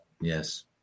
Yes